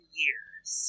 years